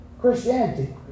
Christianity